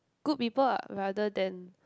good people ah rather than